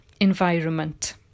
environment